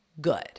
good